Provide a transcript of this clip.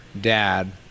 dad